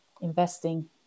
investing